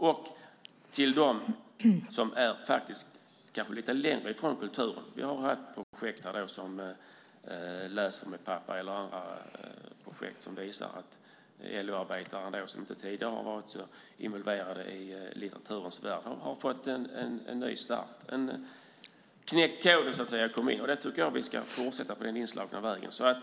För dem som är lite längre från kulturen har vi haft projekt som Läs för mig, pappa! och andra projekt. Det har inneburit att LO-arbetare som inte tidigare har varit så involverade i litteraturens värld har fått en ny start, att de har knäckt koden. Jag tycker att vi ska fortsätta på den inslagna vägen.